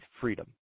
freedom